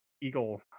eagle